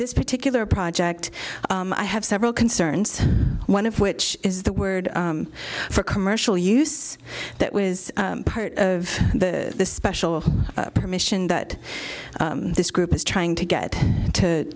this particular project i have several concerns one of which is the word for commercial use that was part of the special permission that this group is trying to get to